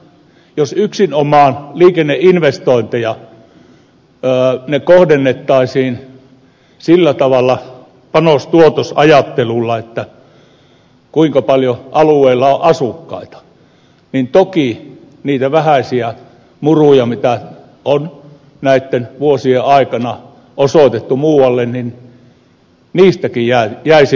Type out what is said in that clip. jos yksinomaan liikenneinvestoinnit kohdennettaisiin sillä tavalla panostuotos ajattelulla että kuinka paljon alueella on asukkaita niin toki jäisimme ilman niitä vähäisiäkin muruja mitä on näitten vuosien aikana osoitettu muualle